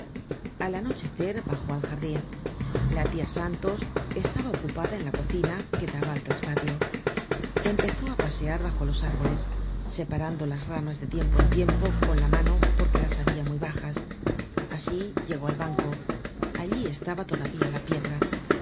al anochecer bajó al jardin la tia santos estaba ocupada en la co cina que daba al traspatio empezó á pasear bajo los árboles separando las ramas de tiempo en tiempo con la mano porque las habia muy bajas asi llegó al banco allí estaba todavía la piedra